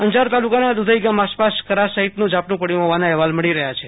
અંજાર તાલુકાના દુધર્ઈ ગામ આસપાસ કરા સહિતનાં ઝાપટું પડયું હોવાના અહેવાલ મળી રહયા છે